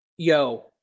Yo